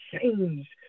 change